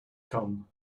come